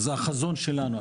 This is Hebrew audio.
זה החזון שלנו,